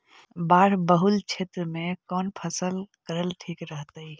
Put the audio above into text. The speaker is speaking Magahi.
बाढ़ बहुल क्षेत्र में कौन फसल करल ठीक रहतइ?